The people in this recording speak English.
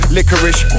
licorice